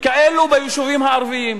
כאלו ביישובים הערביים.